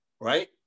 right